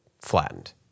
flattened